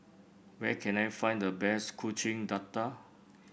where can I find the best Kuih Dadar